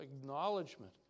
acknowledgement